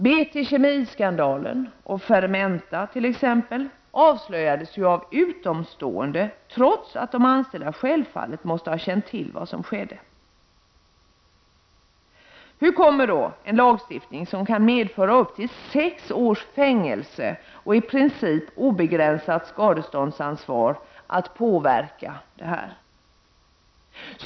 BT-Kemi-skandalen och Fermenta avslöjades ju av utomstående, trots att de anställda självfallet måste ha känt till vad som skedde. Hur kommer då en lagstiftning som kan medföra upp till sex års fängelse och i princip obegränsat skadeståndsansvar att påverka detta?